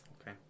okay